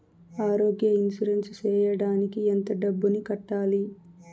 ఆరోగ్య ఇన్సూరెన్సు సేయడానికి ఎంత డబ్బుని కట్టాలి?